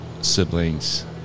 siblings